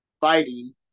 fighting